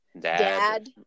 dad